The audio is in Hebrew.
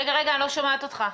אני חייב להגיד, חבר'ה,